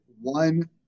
one